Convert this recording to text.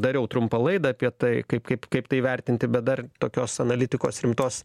dariau trumpą laidą apie tai kaip kaip kaip tai vertinti bet dar tokios analitikos rimtos